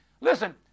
Listen